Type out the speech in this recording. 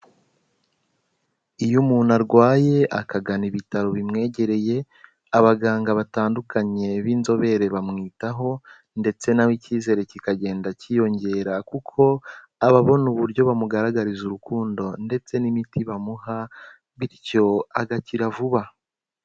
Iyo umuntu arwaye akagana ibitaro bimwegereye abaganga batandukanye b'inzobere bamwitaho, ndetse nawe icyizere kikagenda cyiyongera kuko aba abona uburyo bamugaragariza urukundo, ndetse n'imiti bamuha bityo agakira vuba.